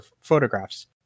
photographs